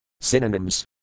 Synonyms